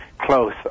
close